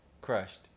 crushed